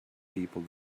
people